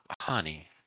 honey